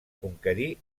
conquerir